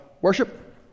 worship